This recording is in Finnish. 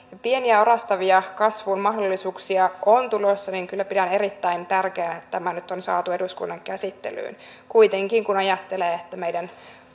pieniä orastavia kasvun mahdollisuuksia on tulossa joten kyllä pidän erittäin tärkeänä että tämä nyt on saatu eduskunnan käsittelyyn kuitenkin kun ajattelee että meidän